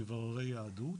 מבררי יהדות.